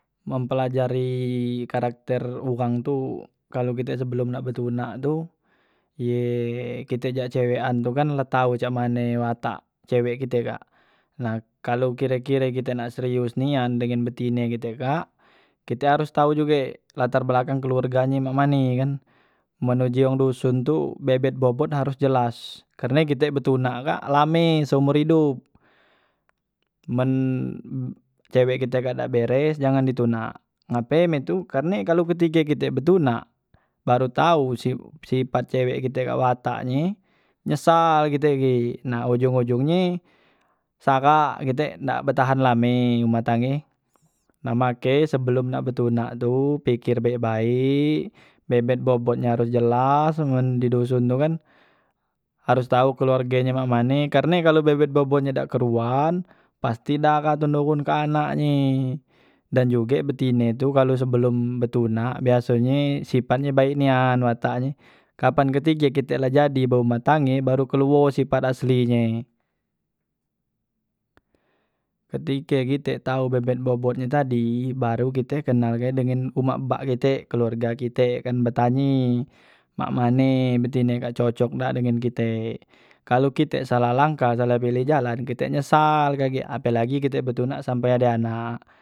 Mempelajari karakter uwang tu kalu kite sebelum nak be tunak tu ye kite jak cewekan tu kan la tau cak mane watak cewek kite kak nah kalu kire- kire kite nak serius nian dengan betine kite kak kite harus tau juge latar belakang keluarga nye mak mane kan men uji wong duson tu bebet bobot harus jelas karne kite betunak kak lame seomor idup, men cewek kite kak dak beres jangan di tunak ngape mek tu karne kalu ketike kite betunak baru tau si- sipat cewe kite kak watak nye nyesal kite gek nah ujung- ujung nye saghak kite dak betahan lame umeh tangge nah make sebelum nak betunak tu piker baek- baek bebet bobot nye harus jelas men di duson tu kan harus tau keluarge nye mak mane, karne kalu bebet bobot nye dak keruan pasti dagha tu nurun ke anaknye dan juge betine tu kalu sebelum betunak biasonye sipat nye baek nian watak nye, kapan ketike kite la jadi be humeh tangge baru keluo sipat asli nye, ketike kite tau bebet bobot nye tadi baru kite kenalke dengen umak bak kite keluarga kite kan betanye, mak mane betine kak cocok dak dengan kite, kalu kite salah langkah salah pilih jalan kite nyesal kagek apelagi kite betunak sampe ade anak.